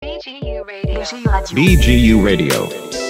B.G.U רדיו. B.G.U רדיו